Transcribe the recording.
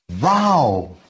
Wow